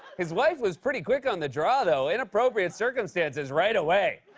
his wife was pretty quick on the draw, though. inappropriate circumstances, right away.